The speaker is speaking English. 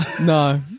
No